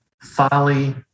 folly